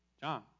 John